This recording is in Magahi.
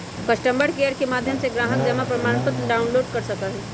कस्टमर केयर के माध्यम से ग्राहक जमा प्रमाणपत्र डाउनलोड कर सका हई